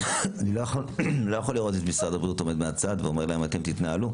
אני לא יכול לראות את משרד הבריאות עומד מהצד ואומר להם "אתם תתנהלו".